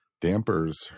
dampers